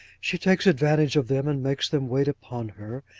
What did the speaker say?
she takes advantage of them, and makes them wait upon her,